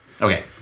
Okay